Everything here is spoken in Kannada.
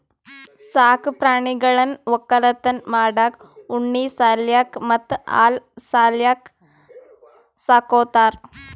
ಸಾಕ್ ಪ್ರಾಣಿಗಳನ್ನ್ ವಕ್ಕಲತನ್ ಮಾಡಕ್ಕ್ ಉಣ್ಣಿ ಸಲ್ಯಾಕ್ ಮತ್ತ್ ಹಾಲ್ ಸಲ್ಯಾಕ್ ಸಾಕೋತಾರ್